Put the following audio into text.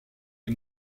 est